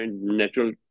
natural